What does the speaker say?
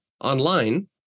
online